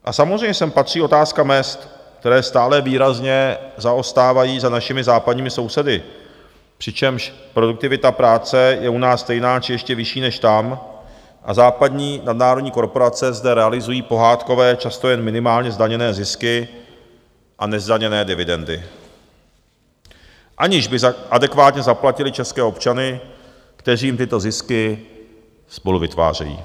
A samozřejmě sem patří otázka mezd, které stále výrazně zaostávají za našimi západními sousedy, přičemž produktivita práce je u nás stejná, či ještě vyšší než tam, a západní nadnárodní korporace zde realizují pohádkové, často jen minimálně zdaněné zisky a nezdaněné dividendy, aniž by adekvátně zaplatili české občany, kteří jim tyto zisky spoluvytvářejí.